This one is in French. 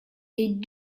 des